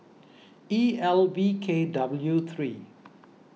E L V K W three